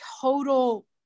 total